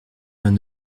vingt